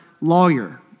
lawyer